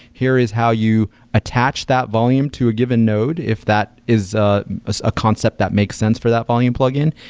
here is how you attach that volume to a given nod if that is ah a concept that makes sense for that volume plugins,